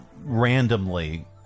randomly